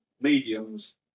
mediums